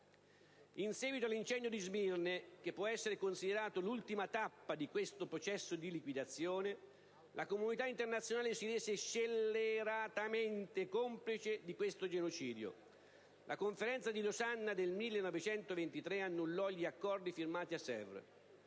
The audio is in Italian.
In seguito all'incendio di Smirne, che può essere considerata l'ultima tappa di questo processo di liquidazione, la comunità internazionale si rese scelleratamente complice di questo genocìdio: la Conferenza di Losanna del 1923 annullò gli accordi firmati a Sèvres,